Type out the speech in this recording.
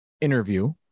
interview